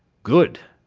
good!